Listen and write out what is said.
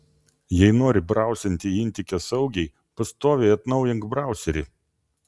jei nori brausinti intike saugiai pastoviai atnaujink brauserį